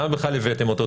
למה בכלל הבאתם אותו,